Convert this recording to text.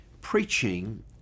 Preaching